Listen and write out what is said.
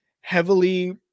heavily